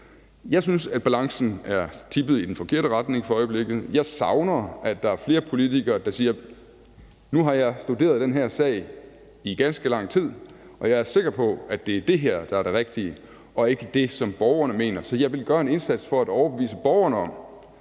Jeg synes, at balancen er tippet i den forkerte retning for øjeblikket. Jeg savner, at der er flere politikere, der siger: Nu har jeg studeret den her sag i ganske lang tid, og jeg er sikker på, at det er det her, der er det rigtige, og ikke det, som borgerne mener, så jeg vil gøre en indsats for at overbevise borgerne om,